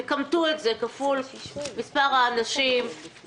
תכמתו את זה כפול מספר האנשים,